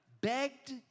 begged